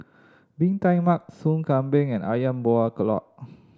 Bee Tai Mak Sup Kambing and Ayam Buah Keluak